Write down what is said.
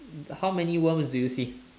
how many worms do you see